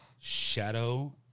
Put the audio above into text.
Shadow